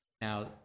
Now